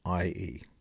IE